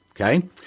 Okay